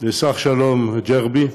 לשר-שלום ג'רבי,